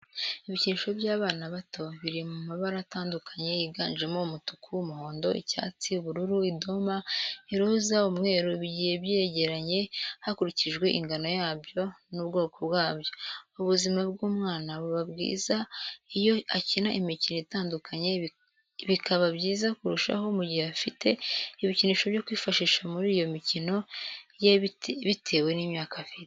Ibikinisho by'abana bato biri mu mabara atandukanye yiganjemo umutuku, umuhondo, icyatsi ,ubururu, idoma, iroza, umweru, bigiye byegeranye hakurikijwe ingano yabyo n'ubwokobwabyo, ubuzima bw'umwana buba bwiza iyo akina imikino itandukanye, bikaba byiza kurushaho mu gihe afite ibikinisho byo kwifashisha muri iyo mikino ye bitewe n'imyaka afite.